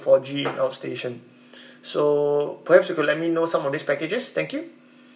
four G outstation so perhaps you could let me know some of these packages thank you